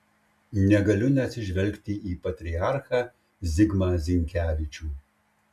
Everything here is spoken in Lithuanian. negaliu neatsižvelgti į patriarchą zigmą zinkevičių